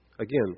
Again